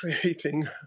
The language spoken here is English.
creating